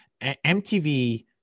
MTV